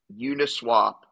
Uniswap